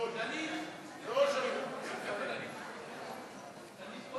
אני קובעת כי הצעת חוק זכויות מבצעים ומשדרים (תיקון,